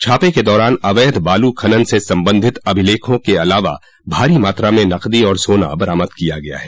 छापे के दौरान अवैध बालू खनन से संबंधित अभिलेखा के अलावा भारी मात्रा में नकदो और सोना बरामद किया गया है